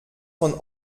von